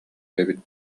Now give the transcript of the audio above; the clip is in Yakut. эбит